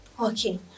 Okay